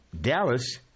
Dallas